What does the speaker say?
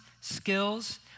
skills